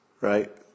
right